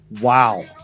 Wow